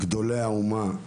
מקום יפה עם נוף יפה,